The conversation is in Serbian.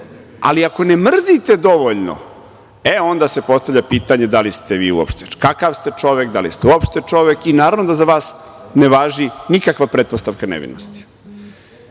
ali ako ne mrzite dovoljno, onda se postavlja pitanje kakav ste čovek, da li ste uopšte čovek i naravno da za vas ne važi nikakva pretpostavka nevinosti. Pominjali